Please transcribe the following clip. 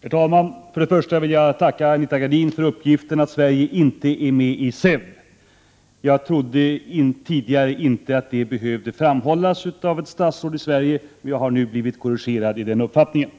Herr talman! För det första vill jag tacka Anita Gradin för uppgiften att Sverige inte är med i SEV. Jag trodde tidigare att det inte behövde framhållas av ett statsråd i Sverige, men jag har nu blivit korrigerad i den uppfattningen.